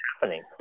happening